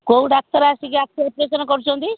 କୋଉ ଡ଼ାକ୍ତର ଆସିକି ଆଖି ଅପରେସନ୍ କରୁଛନ୍ତି